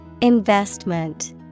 Investment